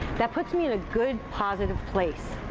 that puts me in a good, positive place.